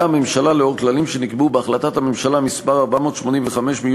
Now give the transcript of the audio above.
הממשלה לאור כללים שנקבעו בהחלטת הממשלה מס' 485,